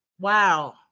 Wow